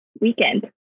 weekend